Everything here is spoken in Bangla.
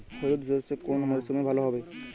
হলুদ সর্ষে কোন মরশুমে ভালো হবে?